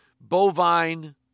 Bovine